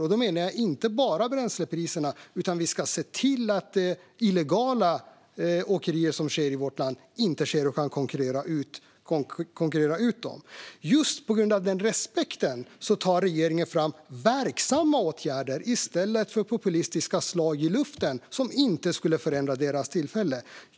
Och då menar jag inte bara bränslepriserna, utan vi ska se till att de illegala åkerier som finns i vårt land inte ska kunna konkurrera ut åkerinäringen. Just på grund av den respekten tar regeringen fram verksamma åtgärder i stället för populistiska slag i luften som inte skulle förändra åkerinäringens tillvaro.